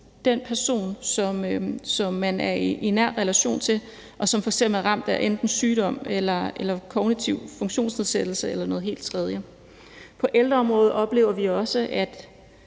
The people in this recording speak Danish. den person, som man er i nær relation til, og som f.eks. er ramt af enten sygdom, kognitiv funktionsnedsættelse eller noget helt tredje. På ældreområdet oplever vi også, at